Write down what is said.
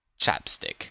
Chapstick